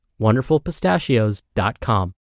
wonderfulpistachios.com